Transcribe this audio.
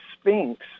Sphinx